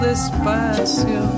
Despacio